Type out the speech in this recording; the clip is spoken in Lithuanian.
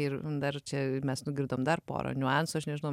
ir dar čia mes nugirdom dar porą niuansų aš nežinau